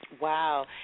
Wow